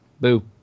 Boo